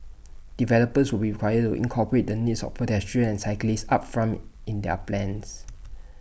developers will required to incorporate the needs of pedestrians and cyclists upfront in their plans